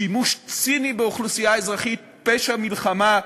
שימוש ציני באוכלוסייה אזרחית הוא פשע מלחמה,